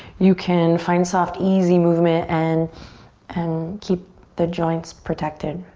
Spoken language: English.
you can find soft, easy movement and and keep the joints protected.